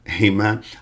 Amen